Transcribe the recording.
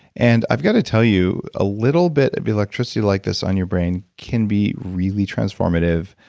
and, i've gotta tell you a little bit of electricity like this on your brain can be really transformative.